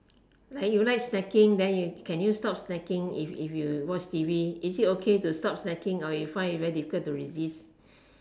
like you like snacking then you can you stop snacking if if you watch T_V is it okay to stop snacking or you find it very difficult to resist